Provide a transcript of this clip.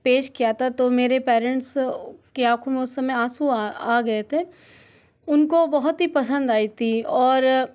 पेश किया था तो मेरे पेरेंट्स की आँखों में उस समय आँसू आ गए थे उनको बहुत ही पसंद आई थी और